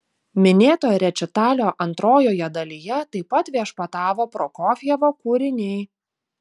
minėto rečitalio antrojoje dalyje taip pat viešpatavo prokofjevo kūriniai